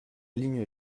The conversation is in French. ligne